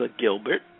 Gilbert